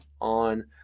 on